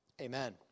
Amen